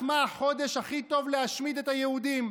מה החודש הכי טוב להשמיד את היהודים,